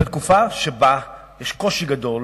בתקופה שבה יש קושי גדול